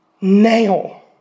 now